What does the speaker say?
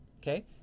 okay